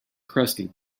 crusty